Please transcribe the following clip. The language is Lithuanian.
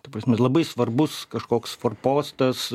ta prasme labai svarbus kažkoks forpostas